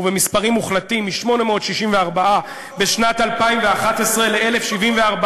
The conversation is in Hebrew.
ובמספרים מוחלטים: מ-864 בשנת 2011 ל-1,074